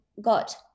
got